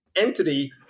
entity